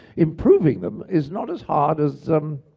improving them is not as hard as um,